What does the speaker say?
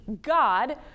God